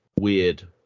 weird